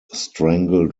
strangled